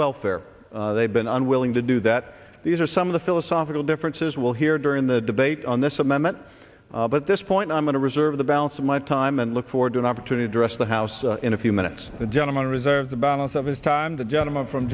welfare they've been unwilling to do that these are some of the philosophical differences will hear during the debate on this amendment but this point i'm going to reserve the balance of my time and look for doing opportunity dress the house in a few minutes the gentleman reserves the balance of his time the gentleman from